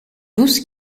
dous